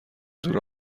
دور